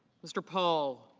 mr. paul